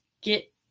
get